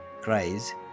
cries